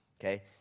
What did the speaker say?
Okay